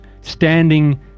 standing